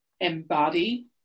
embody